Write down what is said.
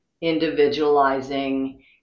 individualizing